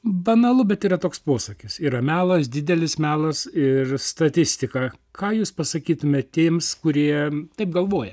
banalu bet yra toks posakis yra melas didelis melas ir statistika ką jūs pasakytumėt tiems kurie taip galvoja